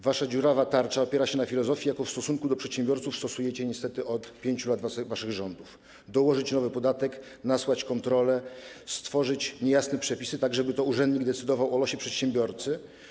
Wasza dziurawa tarcza opiera się na filozofii, jaką w stosunku do przedsiębiorców stosujecie niestety od 5 lat waszych rządów: dołożyć nowy podatek, nasłać kontrolę, stworzyć niejasne przepisy, tak żeby to urzędnik decydował o losie przedsiębiorcy.